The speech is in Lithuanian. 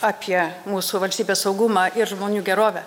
apie mūsų valstybės saugumą ir žmonių gerovę